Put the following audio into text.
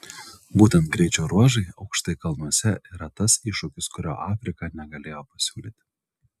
būtent greičio ruožai aukštai kalnuose yra tas iššūkis kurio afrika negalėjo pasiūlyti